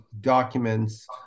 documents